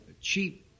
cheap